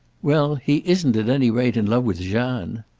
well, he isn't at any rate in love with jeanne.